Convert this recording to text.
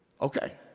Okay